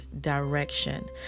direction